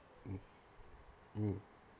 mm mm